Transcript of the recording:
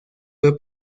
fue